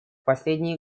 последние